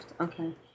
Okay